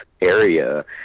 area